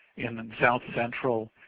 in the south central,